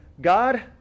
God